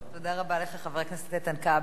תודה רבה לך, חבר הכנסת איתן כבל.